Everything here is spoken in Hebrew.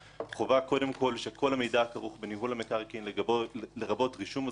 חובה קודם כל שכל המידע הכרוך בניהול המקרקעין לרבות רישום הזכויות,